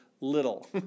little